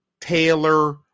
Taylor